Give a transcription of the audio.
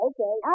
Okay